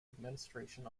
administration